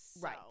right